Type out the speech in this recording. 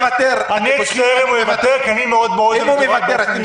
אני מאוד אצטער אם הוא יוותר, כי זה חבר אישי שלי.